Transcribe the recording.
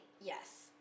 yes